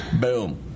Boom